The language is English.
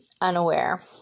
unaware